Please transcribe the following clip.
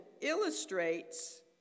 illustrates